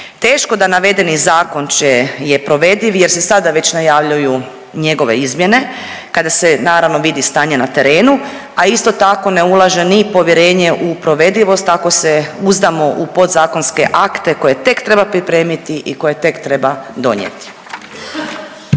Teško da navedeni zakon je provediv, jer se sada već najavljuju njegove izmjene kada se naravno vidi stanje na terenu, a isto tako ne ulaže ni povjerenje u provedivost ako se uzdamo u podzakonske akte koje tek treba pripremiti i koje tek treba donijeti.